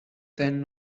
then